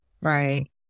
Right